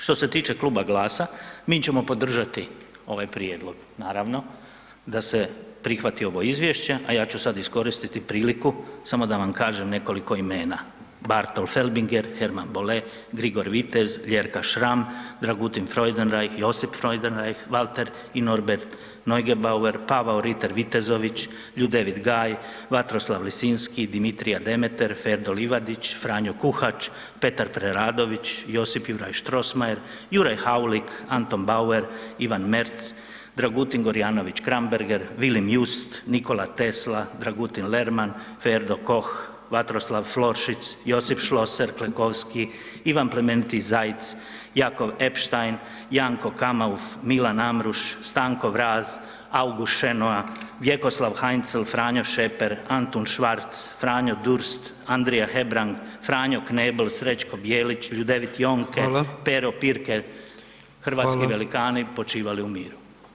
Što se tiče Kluba GLAS-a mi ćemo podržati ovaj prijedlog, naravno da se prihvati ovo izvješće, a ja ću sad iskoristiti priliku samo da vam kažem nekoliko imena, Bartol Felbinger, Hermann Bolle, Grigor Vitez, Ljerka Šram, Dragutin Freudenreich, Josip Freudenreich, Walter i Norbert Neugebauer, Pavao Riter Vitezović, Ljudevit Gaj, Vatroslav Lisinski, Dimitrija Demetar, Ferdo Livadić, Franjo Kuhač, Petar Preradović, Josip Juraj Strossmayer, Juraj Haulik, Anton Bauer, Ivan Merz, Dragutin Gorjanović Kramberger, Vilim Just, Nikola Tesla, Dragutin Lerman, Ferdo Koch, Vatroslav Florschutz, Josip Schlosser Klekovski, Ivan Plemeniti Zajec, Jakov Epstein, Janko Kamauf, Milan Amruš, Stanko Vraz, August Šenoa, Vjekoslav Heinzel, Franjo Šeper, Anton Schwarz, Franjo Durst, Andrija Hebrang, Franjo Knebl, Srećko Bijelić, Ljudevit Jonke [[Upadica: Hvala]] Pero Pirkelj [[Upadica: Hvala]] hrvatski velikani počivali u miru.